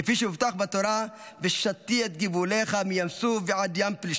כפי שהובטח בתורה: 'ושתי את גבֻלך מים סוף ועד ים פלשתים'."